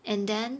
and then